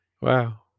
wow